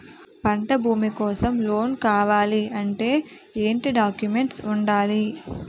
పంట భూమి కోసం లోన్ కావాలి అంటే ఏంటి డాక్యుమెంట్స్ ఉండాలి?